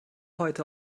heute